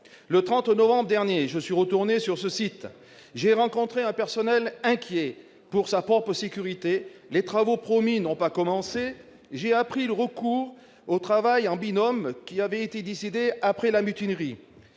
Le 30 novembre dernier, lorsque je suis retourné sur le site, j'y ai rencontré un personnel inquiet pour sa propre sécurité ; les travaux promis n'ont pas commencé. J'ai appris que le recours au travail en binôme décidé après la mutinerie,